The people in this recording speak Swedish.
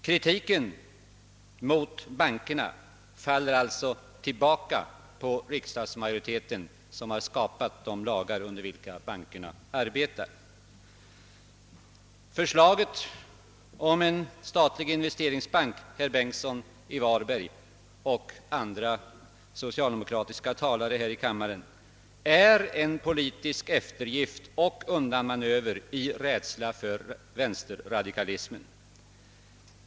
Kritiken mot bankerna faller alltså tillbaka på riksdagsmajoriteten, som har skapat de lagar under vilka bankerna arbetar. Förslaget om en statlig investeringsbank, herr Bengtsson i Varberg och andra socialdemokratiska talare här i kammaren, är en politisk eftergift och undanmanöver i rädsla för vänsterradikalismen.